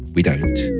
we don't.